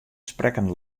sprekken